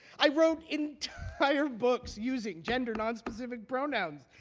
i wrote entire books using gender nonspecific pronouns.